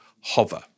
hover